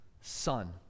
Son